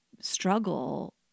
struggle